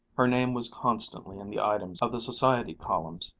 her name was constantly in the items of the society columns,